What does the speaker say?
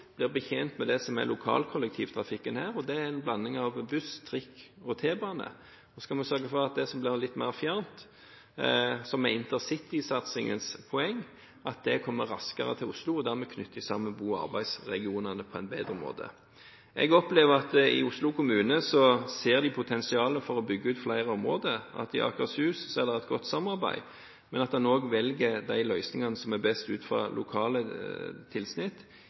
blir betjent med det som er lokalkollektivtrafikken der, og det er en blanding av buss, trikk og T-bane. Og så skal man sørge for at det som er litt mer fjerntliggende, og som er intercitysatsingens poeng, kommer raskere til Oslo, og at man dermed knytter sammen boregionene og arbeidsregionene på en bedre måte. Jeg opplever at man i Oslo kommune ser potensialet for å bygge ut flere områder, og at det er et godt samarbeid med Akershus, men at man også velger de løsningene som er best ut fra lokale tilsnitt,